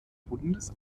bundes